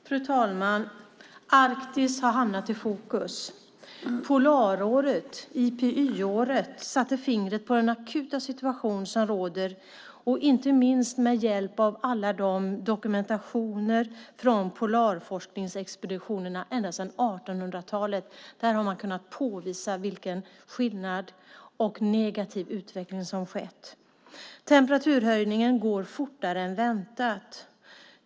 Fru talman! Arktis har hamnat i fokus. Polaråret, IPY-året, satte fingret på den akuta situation som råder. Inte minst med hjälp av all den dokumentation som finns från polarforskningsexpeditionerna sedan 1800-talet har man kunnat påvisa skillnaden och den negativa utveckling som skett. Temperaturhöjningen går fortare än väntat.